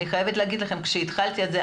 אני חייבת לומר לכם שכאשר התחלתי את זה,